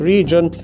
Region